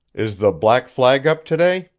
is the black flag up today?